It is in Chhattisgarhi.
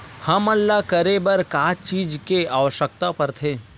हमन ला करे बर का चीज के आवश्कता परथे?